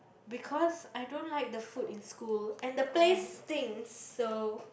because I don't like the food in school and the place things so